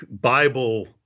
Bible